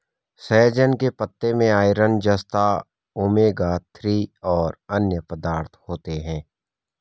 सहजन के पत्ते में आयरन, जस्ता, ओमेगा थ्री और अन्य पदार्थ होते है